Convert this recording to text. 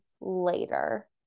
later